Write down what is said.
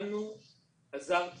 לנו עזרת מאוד.